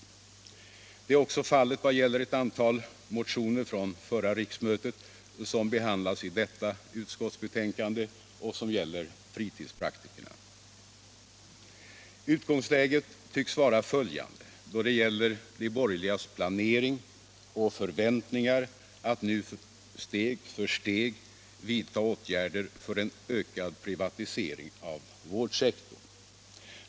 Det är också fallet beträffande ett antal motioner från förra riksmötet vilka behandlas i detta utskottsbetänkande och vilka gäller fritidspraktikerna. Utgångsläget tycks vara följande då det gäller de borgerligas planering för och förväntningar om att nu steg för steg kunna vidta åtgärder för en ökad privatisering av vårdsektorn.